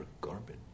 garbage